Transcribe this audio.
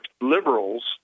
liberals –